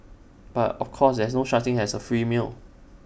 but of course there is no such thing as A free meal